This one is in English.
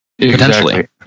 Potentially